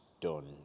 done